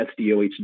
SDOH